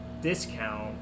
discount